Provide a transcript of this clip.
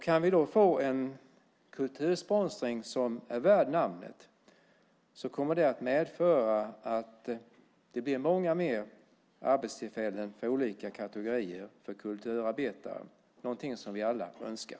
Kan vi då få en kultursponsring som är värd namnet kommer det att medföra att det blir många fler arbetstillfällen för olika kategorier av kulturarbetare. Det är någonting som vi alla önskar.